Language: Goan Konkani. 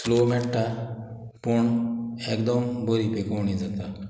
स्लो मेळटा पूण एकदम बरी पिकोवणी जाता